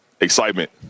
excitement